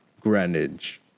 Greenwich